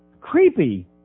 Creepy